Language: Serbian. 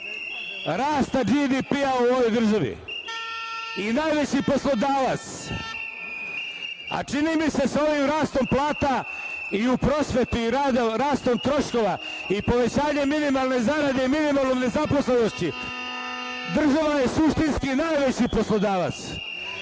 rasta BDP u ovoj državi i najveći poslodavac. Čini mi se sa ovim rastom plata i u prosveti i rastom troškova i povećanjem minimalne zarade i minimalnom nezaposlenošću država je suštinski najveći poslodavac.